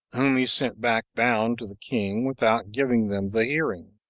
whom he sent back bound to the king without giving them the hearing.